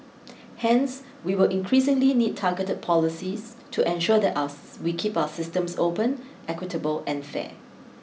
Hence we will increasingly need targeted policies to ensure that us we keep our systems open equitable and fair